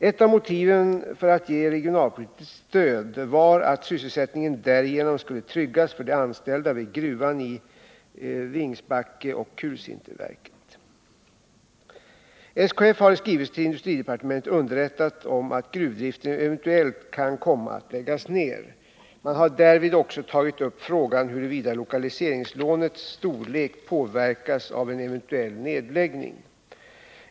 Ett av motiven för att ge regionalpolitiskt stöd var att sysselsättningen därigenom skulle tryggas för de anställda vid gruvan i Vingesbacke och vid kulsinterverket. SKF har i skrivelse till industridepartementet underrättat om att gruvdriften eventuellt kan komma att läggas ned. Man har därvid också tagit upp frågan huruvida lokaliseringslånets storlek påverkas av en eventuell nedläggning.